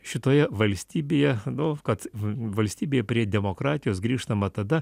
šitoje valstybėje nu kad valstybėje prie demokratijos grįžtama tada